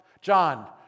John